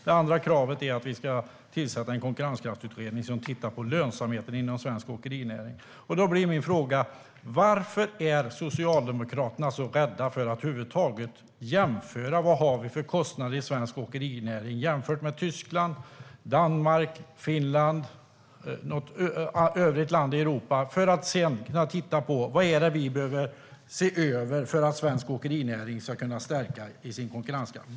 Det andra kravet är att vi ska tillsätta en konkurrenskraftsutredning som tittar på lönsamheten inom svensk åkerinäring och jämför kostnaderna i svensk åkerinäring med dem i Tyskland, Danmark, Finland och andra länder i Europa för att sedan kunna titta på vad det är vi behöver se över för att svensk åkerinäring ska kunna stärkas i sin konkurrenskraft.